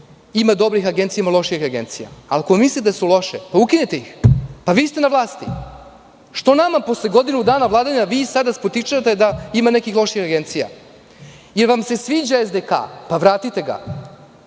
Ima dobrih agencija, ima loših agencija, ali ako mislite da su loše, ukinite ih. Vi ste na vlasti. Što nama posle godinu dana vladanja spočitavate da ima nekih loših agencija? Da li vam se sviđa SDK? Pa vratite ga.